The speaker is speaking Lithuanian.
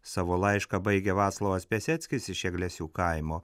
savo laišką baigia vaclovas piaseckis iš eglesių kaimo